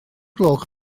gloch